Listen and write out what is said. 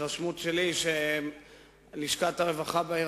ההתרשמות שלי היא שלשכת הרווחה בעיר